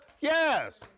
Yes